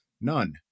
none